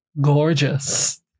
gorgeous